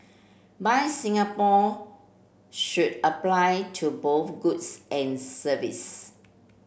buy Singapore should apply to both goods and service